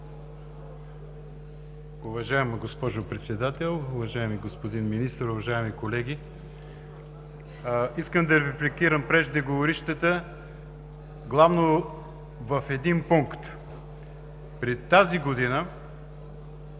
Уважаема госпожо Председател, уважаеми господин Министър, уважаеми колеги! Искам да репликирам преждеговорившата главно в един пункт. През тази година